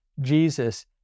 Jesus